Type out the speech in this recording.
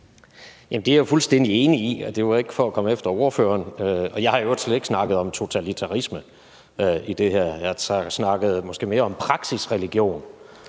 Det er jeg fuldstændig enig i, og det var ikke for at komme efter ordføreren. Jeg har i øvrigt slet ikke snakket om totalitarisme i det her. Jeg har måske snakket mere om praksisreligion